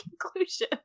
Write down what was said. conclusion